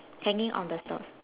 hanging on the stalls